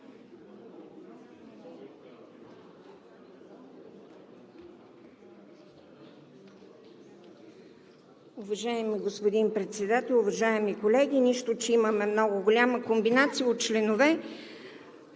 Уважаеми господин Председател, уважаеми колеги! Нищо че имаме много голяма комбинация от членове,